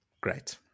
Great